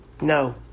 No